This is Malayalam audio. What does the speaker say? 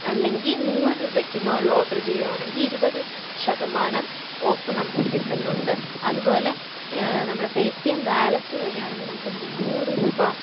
അല്ലെങ്കിൽ നൂറുരൂപയ്ക്ക് മേൾ ഓഡർ ചെയ്യുകയാണെങ്കിൽ ഇരുപത് ശതമാനം ഓഫ് നമുക്ക് കിട്ടുന്നുണ്ട് അതുപോലെ നമ്മുടെ പേ റ്റി എം വാലറ്റ് വഴിയാണെങ്കിൽ നമുക്ക് മുന്നൂറ് രൂപ